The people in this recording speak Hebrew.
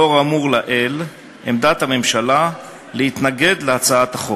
לאור האמור לעיל, עמדת הממשלה, להתנגד להצעת החוק.